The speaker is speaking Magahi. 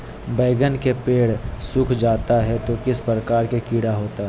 बैगन के पेड़ सूख जाता है तो किस प्रकार के कीड़ा होता है?